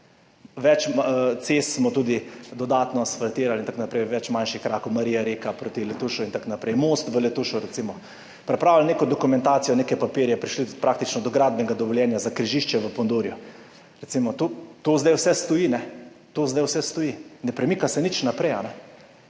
Več cest smo tudi dodatno asfaltirali in tako naprej, več manjših krakov, Marija Reka proti Letušu in tako naprej, recimo most v Letušu, pripravili neko dokumentacijo, neke papirje, prišli praktično do gradbenega dovoljenja za križišče v Pondorju. To zdaj vse stoji, ne premika se nič naprej.